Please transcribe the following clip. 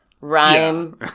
rhyme